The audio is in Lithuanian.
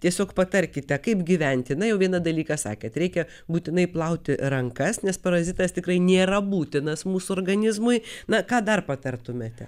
tiesiog patarkite kaip gyventi na jau vieną dalyką sakėt reikia būtinai plauti rankas nes parazitas tikrai nėra būtinas mūsų organizmui na ką dar patartumėte